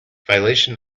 violation